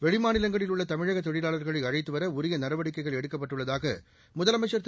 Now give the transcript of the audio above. வெளிமாநிலங்களில் உள்ள தமிழக தொழிலாளா்களை அழைத்துவர உரிய நடவடிக்கைகள் எடுக்கப்பட்டுள்ளதாக முதலமைச்சர் திரு